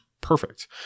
perfect